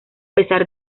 pesar